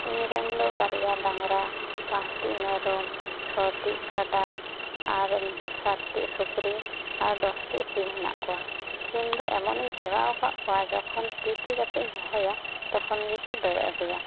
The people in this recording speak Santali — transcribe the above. ᱤᱧ ᱨᱮᱱ ᱫᱚ ᱵᱟᱨᱭᱟ ᱰᱟᱝᱨᱟ ᱯᱟᱸᱪᱴᱤ ᱢᱮᱨᱚᱢ ᱪᱷᱚᱴᱤ ᱠᱟᱰᱟ ᱟᱨ ᱥᱟᱛᱴᱤ ᱥᱩᱠᱨᱤ ᱟᱨ ᱫᱚᱥᱴᱤ ᱥᱤᱢ ᱦᱮᱱᱟᱜ ᱠᱚᱣᱟ ᱥᱤᱢ ᱫᱚ ᱮᱢᱚᱱ ᱤᱧ ᱦᱮᱣᱟ ᱟᱠᱟᱫ ᱠᱚᱣᱟ ᱡᱚᱠᱷᱚᱱ ᱛᱤ ᱛᱤ ᱠᱟᱛᱮᱧ ᱦᱚᱦᱚᱭᱟ ᱛᱚᱠᱷᱚᱱ ᱜᱮᱠᱚ ᱫᱟᱹᱲ ᱟᱹᱜᱩᱭᱟ